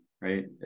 Right